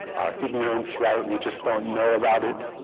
ignorance right we just don't know about it